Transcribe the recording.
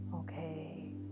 Okay